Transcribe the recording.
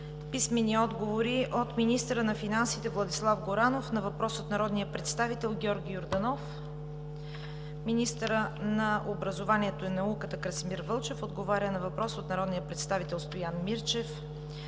Писмени отговори от: - министъра на финансите Владислав Горанов на въпрос от народния представител Георги Йорданов; - министъра на образованието и науката Красимир Вълчев на въпрос от народния представител Стоян Мирчев;